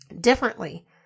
differently